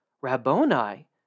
Rabboni